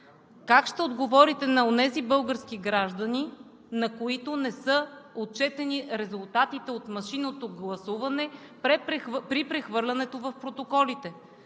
Как ще отговорите на онези български граждани, на които не са отчетени резултатите от машинното гласуване при прехвърлянето в протоколите?